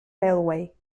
railway